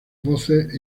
voces